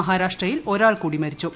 മഹാരാഷ്ട്രയിൽ ഒരാൾ കൂടി മരിച്ചു